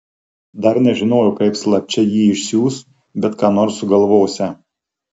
dar nežinojo kaip slapčia jį išsiųs bet ką nors sugalvosią